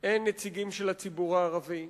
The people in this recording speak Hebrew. אין נציגים של הציבור הערבי,